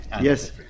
Yes